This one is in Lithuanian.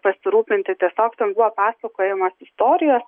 pasirūpinti tiesiog ten buvo pasakojamos istorijos